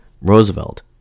Roosevelt